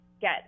get